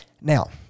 Now